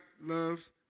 loves